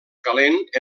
calent